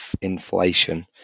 inflation